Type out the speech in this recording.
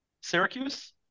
Syracuse